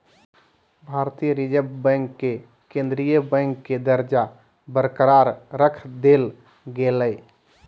भारतीय reserve bank के केंद्रीय बैंक के दर्जा बरकरार रख देल गेलय